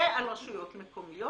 ועל רשויות מקומיות,